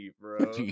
bro